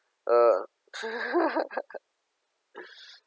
uh